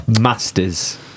masters